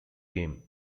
game